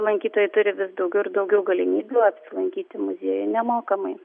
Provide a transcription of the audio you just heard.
lankytojai turi vis daugiau ir daugiau galimybių apsilankyti muziejuj nemokamai